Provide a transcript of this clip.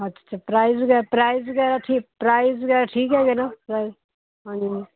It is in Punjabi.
ਅੱਛਾ ਅੱਛਾ ਪ੍ਰਾਈਜ ਵਗੈਰਾ ਪ੍ਰਾਈਜ ਵਗੈਰਾ ਪ੍ਰਾਈਜ ਵਗੈਰਾ ਠੀਕ ਹੈਗੇ ਨਾ ਪ੍ਰਾਈਜ਼ ਹਾਂਜੀ